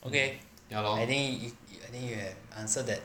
okay I think I think you have answered that